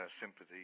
sympathy